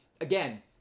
again